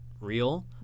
real